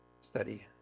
study